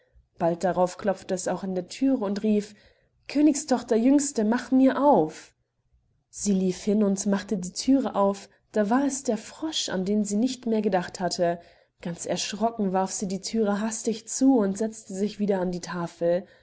bald darauf klopfte es auch an der thüre und rief königstochter jüngste mach mir auf sie lief hin und machte die thüre auf da war es der fresch an den sie nicht mehr gedacht hatte ganz erschrocken warf sie die thüre hastig zu und setzte sich wieder an die tafel